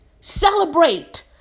celebrate